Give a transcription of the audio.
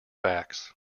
facts